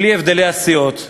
בלי הבדלי הסיעות,